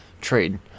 trade